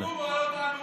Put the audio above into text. הציבור רואה אותנו.